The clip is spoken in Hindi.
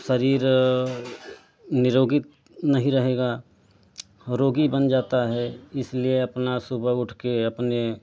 शरीर निरोगित नहीं रहेगा रोगी बन जाता है इसलिए अपना सुबह उठके अपने